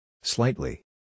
Slightly